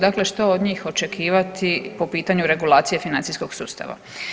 Dakle, što od njih očekivati po pitanju regulacije financijskog sustava.